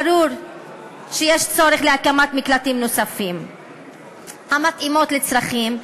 ברור שיש צורך בהקמת מקלטים נוספים המתאימים לצרכים,